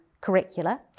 curricula